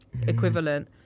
equivalent